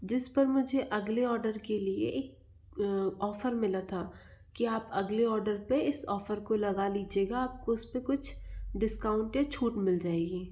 जिस पर मुझे अगले ऑर्डर के लिए एक ऑफर मिला था कि आप अगले ऑर्डर पे इस ऑफर को लगा लीजिएगा आपको उस पे कुछ डिस्काउंट छूट मिल जाएगी